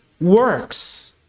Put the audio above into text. works